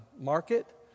market